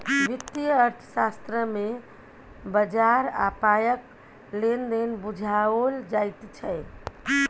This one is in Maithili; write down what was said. वित्तीय अर्थशास्त्र मे बजार आ पायक लेन देन बुझाओल जाइत छै